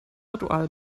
ritual